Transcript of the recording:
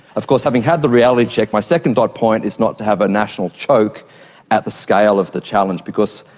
of course having had the reality check, my second dot point is not to have a national choke at the scale of the challenge because,